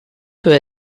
peut